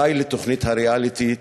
די לתוכנית הריאליטי,